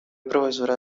profesora